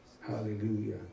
Hallelujah